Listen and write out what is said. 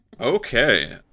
Okay